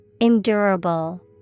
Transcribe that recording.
Endurable